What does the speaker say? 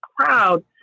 crowd